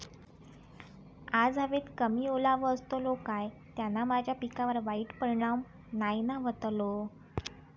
आज हवेत कमी ओलावो असतलो काय त्याना माझ्या पिकावर वाईट परिणाम नाय ना व्हतलो?